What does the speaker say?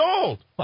old